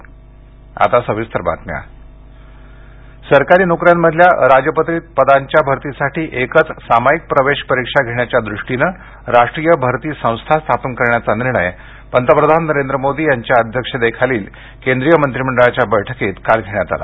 केंद्रीय मंत्रिमंडळ सरकारी नोकऱ्यांमधल्या अराजपत्रीत पदांच्या भरतीसाठी एकच सामायिक प्रवेश परीक्षा घेण्याच्या दृष्टीनं राष्ट्रीय भरती संस्था स्थापन करण्याचा निर्णय पंतप्रधान नरेंद्र मोदी यांच्या अध्यक्षतेखालील केंद्रीय मंत्रिमंडळाच्या बैठकीत काल घेतला